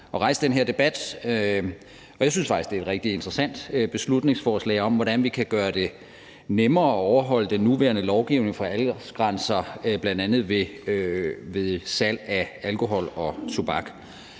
Jeg synes faktisk, det er et rigtig interessant beslutningsforslag om, hvordan vi kan gøre det nemmere at overholde den nuværende lovgivning om aldersgrænser ved bl.a. salg af alkohol og tobak.